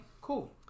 cool